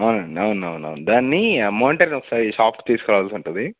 అవునండి అవును అవును అవును దాన్ని మానిటర్ని ఒకసారి షాప్కి తీసురావాల్సి ఉంటుంది